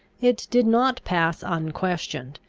it did not pass unquestioned.